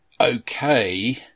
okay